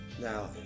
Now